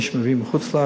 מי שמביא מחוץ-לארץ.